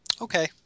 Okay